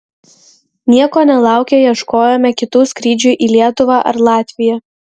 nieko nelaukę ieškojome kitų skrydžių į lietuvą ar latviją